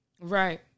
Right